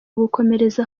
gukomereza